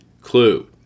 clue